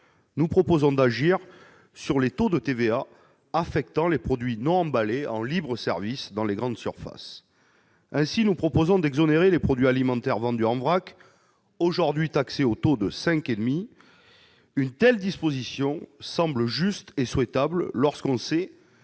nous proposons d'agir sur le taux de TVA qui affecte les produits non emballés en libre-service dans les grandes surfaces. Ainsi, nous proposons d'exonérer les produits alimentaires vendus en vrac, aujourd'hui taxés au taux de 5,5 %. Une telle disposition semble juste et souhaitable, lorsque l'on sait